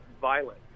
violent